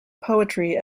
poetry